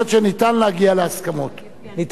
ניתן להגיע להסכמות בדברים הגיוניים.